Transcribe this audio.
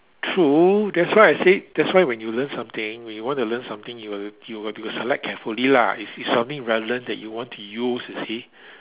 true that's why I say that's why when you learn something when you want to learn something you will you will you will select carefully lah it's it's something relevant that you want to use you see